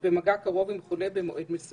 הדבר עלול